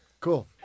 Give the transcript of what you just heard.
Cool